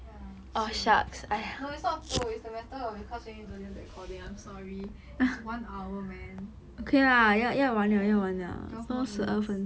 ya soon no it's toh is the matter of because we need to do this recording I'm sorry it's one hour man ya twelve more minutes